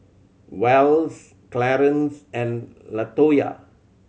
Wells Clarance and Latoyia